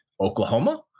Oklahoma